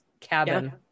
cabin